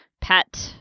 pet